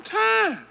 time